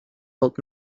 old